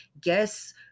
guess